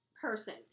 person